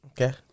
Okay